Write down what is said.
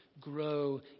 grow